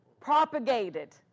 propagated